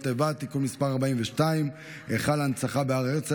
איבה (תיקון מס' 42) (היכל ההנצחה בהר הרצל),